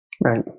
Right